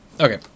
Okay